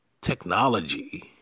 technology